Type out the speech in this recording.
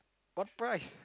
what price